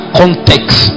context